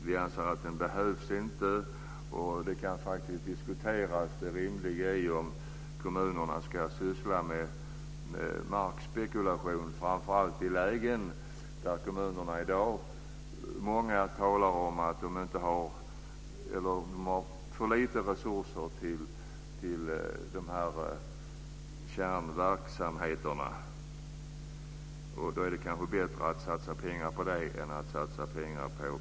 Vi anser att den inte behövs. Man kan faktiskt diskutera det rimliga i att kommunerna ska ägna sig åt markspekulation, framför allt i lägen där de har för små resurser till kärnverksamheterna, vilket många talar om. Det är då kanske bättre att de satsar på dem än på markspekulation.